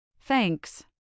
Thanks